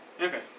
Okay